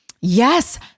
yes